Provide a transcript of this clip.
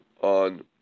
on